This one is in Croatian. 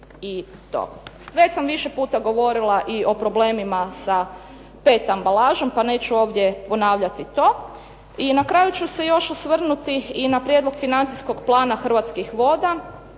Već sam više puta govorila i o problemima sa pet ambalažom, pa neću ovdje ponavljati to. I na kraju ću se još osvrnuti i na prijedlog financijskog plana Hrvatskih voda,